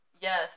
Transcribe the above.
Yes